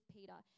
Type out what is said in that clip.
Peter